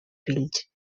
fills